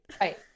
Right